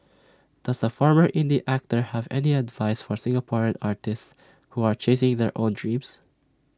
does the former indie actor have any advice for Singaporean artists who are chasing their own dreams